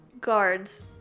guards